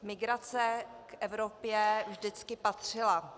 Migrace k Evropě vždycky patřila.